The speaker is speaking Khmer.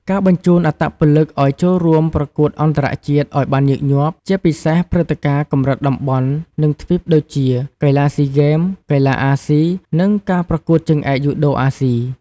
ការបញ្ជូនអត្តពលិកឲ្យចូលរួមប្រកួតអន្តរជាតិឲ្យបានញឹកញាប់ ជាពិសេសព្រឹត្តិការណ៍កម្រិតតំបន់ និងទ្វីបដូចជា កីឡាស៊ីហ្គេម កីឡាអាស៊ី និងការប្រកួតជើងឯកយូដូអាស៊ី ។